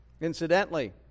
incidentally